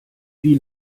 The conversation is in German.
wie